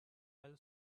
fell